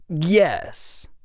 Yes